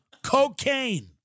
Cocaine